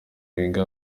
wenger